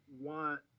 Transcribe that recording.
want